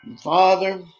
Father